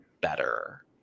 better